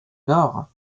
nord